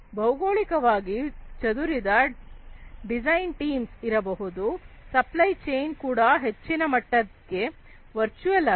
ಭೌಗೋಳಿಕವಾಗಿ ಚದುರಿದ designs teams ಇರಬಹುದು supply chain ಕೂಡ ಹೆಚ್ಚಿನ ಮಟ್ಟಕ್ಕೆ ವರ್ಚುವಲ್ ಆಗಿದೆ